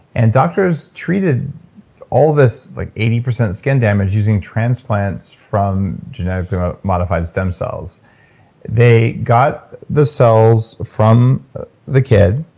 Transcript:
and doctors treated all this like eighty percent of skin damage using transplants from genetically modified stem cells they got the cells from the kid.